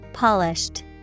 Polished